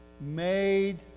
made